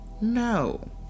no